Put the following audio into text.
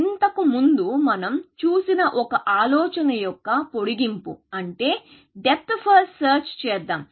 ఇంతకు ముందు మనం చూసిన ఒక ఆలోచన యొక్క పొడిగింపు అంటే డెప్త్ ఫస్ట్ సెర్చ్ చేద్దాం